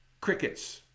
crickets